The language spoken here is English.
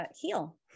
heal